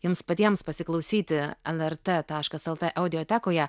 jums patiems pasiklausyti lrt el t audiotekoje